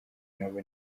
nabo